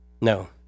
no